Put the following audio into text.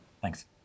Thanks